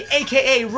aka